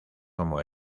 como